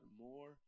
more